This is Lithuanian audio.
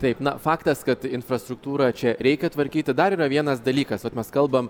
taip na faktas kad infrastruktūrą čia reikia tvarkyti dar yra vienas dalykas vat mes kalbam